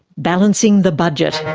balancing the budget.